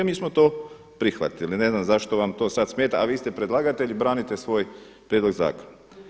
I mi smo to prihvatili, ne znam zašto vam to sada smeta, a vi ste predlagatelj i branite svoj prijedlog zakona.